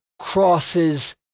crosses